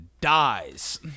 dies